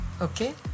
Okay